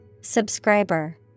Subscriber